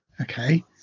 okay